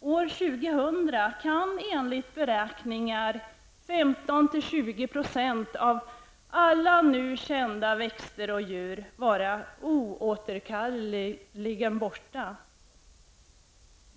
År 2000 kan enligt beräkningar 15--20 % av alla nu kända växter och djur vara oåterkalleligen borta.